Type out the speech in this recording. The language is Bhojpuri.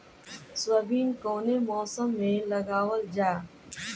सोयाबीन कौने मौसम में लगावल जा?